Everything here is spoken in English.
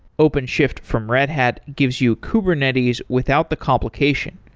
openshift from red hat gives you kubernetes without the complication.